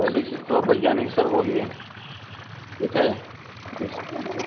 पहली चीज़ तो आप भैया नहीं सर बोलिए ठीक है जिस